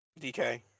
dk